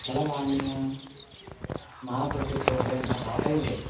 चलवाण्यां मातृपित्रोः न दातव्यम्